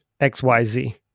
XYZ